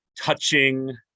touching